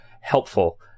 helpful